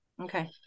Okay